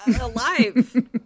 Alive